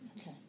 Okay